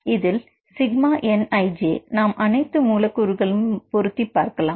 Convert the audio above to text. இதில் Σnij நாம் அனைத்து மூலக்கூறுகளும் பொருத்திப் பார்க்கலாம்